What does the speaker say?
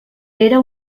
era